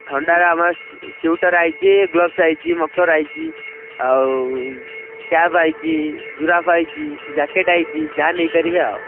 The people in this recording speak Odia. ଥଣ୍ଡାରେ ଆମର ସୁଇଟର୍ ଆସିଛି ଗ୍ଲୋବସ୍ ଆସିଛି ମଫଲର୍ ଆସିଛି ଆଉ କ୍ୟାପ୍ ଆସିଛି ଜୁରାଫ୍ ଆସିଛି ଜ୍ୟାକେଟ୍ ଆସିଛି ଯାହା ନେଇ ପାରିବେ ଆଉ